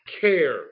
care